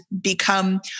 become